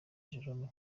jerome